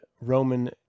Roman